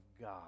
God